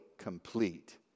complete